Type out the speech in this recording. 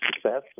success